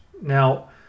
Now